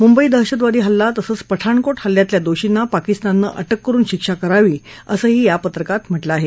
मुंबई दहशतवादी हल्ला तसंच पठाणकोट हल्ल्यातल्या दोषींना पाकिस्ताननं अटक करुन शिक्षा करावी असंही या पत्रकात म्हटलं आहे